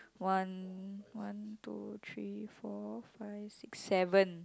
one one two three four five six seven